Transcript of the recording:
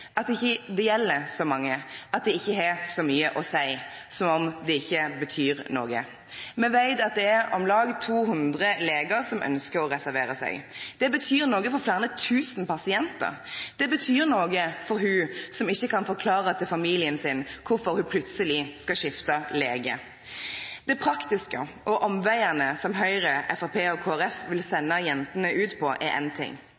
ikke er farlig, at det ikke gjelder så mange, at det ikke har så mye å si, som om det ikke betyr noe. Vi vet at det er om lag 200 leger som ønsker å reservere seg. Det betyr noe for flere tusen pasienter, det betyr noe for hun som ikke kan forklare til familien sin hvorfor hun plutselig skal skifte lege. Det praktiske og omveiene som Høyre, Fremskrittspartiet og Kristelig Folkeparti vil